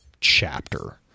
chapter